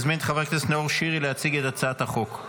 אני מזמין את חבר הכנסת נאור שירי להציג את הצעת החוק.